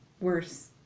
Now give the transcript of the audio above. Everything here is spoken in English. worse